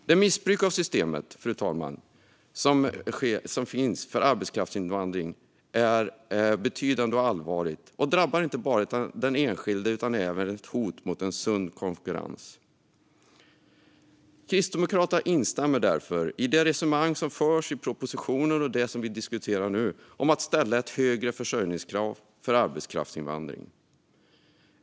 Det missbruk av systemet, fru talman, för arbetskraftsinvandring som förekommer är betydande och allvarligt. Det drabbar inte bara den enskilde utan är även ett hot mot en sund konkurrens. Kristdemokraterna instämmer därför i det resonemang som förs i propositionen och det vi diskuterar nu om att införa ett högre försörjningskrav för arbetskraftsinvandring.